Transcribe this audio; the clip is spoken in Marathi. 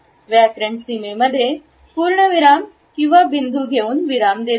व्याकरण सीमेमध्ये पूर्णविराम किंवा बिंदू देऊन विराम देतात